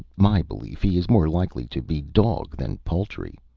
my belief he is more likely to be dog than poultry.